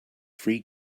free